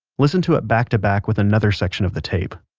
listen to it back to back with another section of the tape,